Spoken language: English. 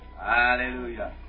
Hallelujah